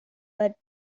but